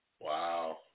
Wow